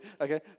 Okay